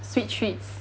sweet treats